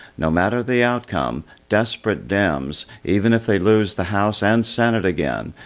no matter the outcome, desperate dems, even if they lose the house and senate again,